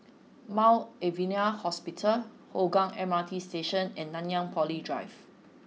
Mount Alvernia Hospital Hougang M R T Station and Nanyang Poly Drive